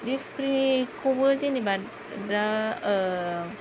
बे फुख्रिखौबो जेनेबा दा